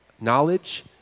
knowledge